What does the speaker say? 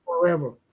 forever